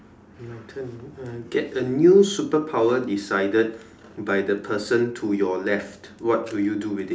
my turn uh get a new superpower decided by the person to your left what do you do with it